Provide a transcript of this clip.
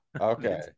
Okay